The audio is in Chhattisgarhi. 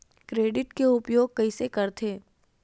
क्रेडिट के उपयोग कइसे करथे?